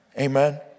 Amen